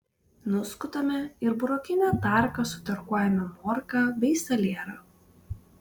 nuskutame ir burokine tarka sutarkuojame morką bei salierą